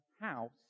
house